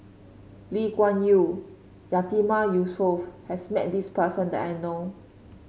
Lee Kuan Yew Yatiman Yusof has met this person that I know